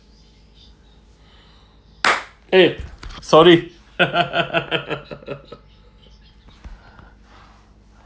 eh sorry